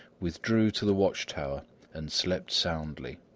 withdrew to the watch-tower and slept soundly.